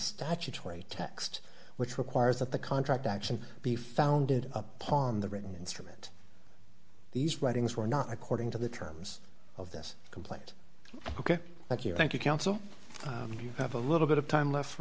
statutory text which requires that the contract action be founded upon the written instrument these writings were not according to the terms of this complaint ok thank you thank you counsel you have a little bit of time left